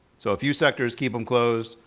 so a few sectors, keep them closed,